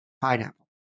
Pineapple